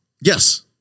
Yes